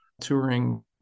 touring